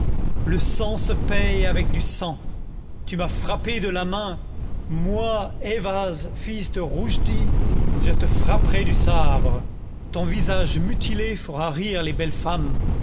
le sang se paye avec du sang tu m'as frappé de la main moi ayvaz fils de ruchdi je te frapperai du sabre ton visage mutilé fera rire les belles femmes